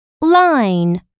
line